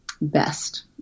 best